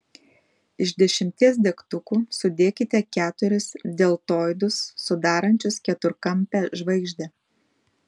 iš dešimties degtukų sudėkite keturis deltoidus sudarančius keturkampę žvaigždę